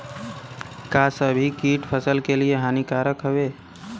का सभी कीट फसलों के लिए हानिकारक हवें?